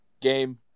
game